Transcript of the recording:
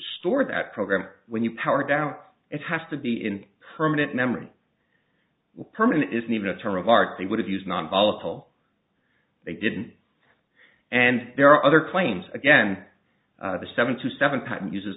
stored that program when you powered down it has to be in permanent memory permanent isn't even a term of art they would have used nonvolatile they didn't and there are other claims again the seven to seven